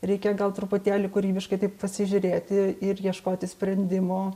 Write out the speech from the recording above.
reikia gal truputėlį kūrybiškai taip pasižiūrėti ir ieškoti sprendimo